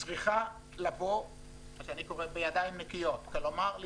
צריכה לבוא בידיים נקיות כלומר,